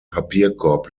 papierkorb